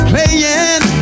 Playing